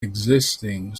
existing